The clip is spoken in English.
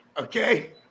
okay